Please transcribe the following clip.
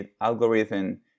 algorithm